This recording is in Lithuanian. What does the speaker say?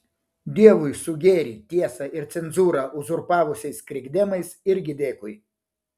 dievui su gėrį tiesą ir cenzūrą uzurpavusiais krikdemais irgi dėkui